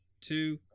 two